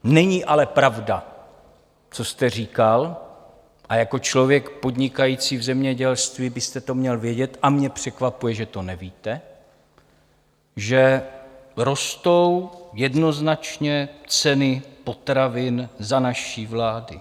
Není ale pravda, co jste říkal, a jako člověk podnikající v zemědělství byste to měl vědět, a mě překvapuje, že to nevíte, že rostou jednoznačně ceny potravin za naší vlády.